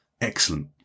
excellent